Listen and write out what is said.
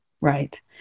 Right